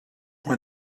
when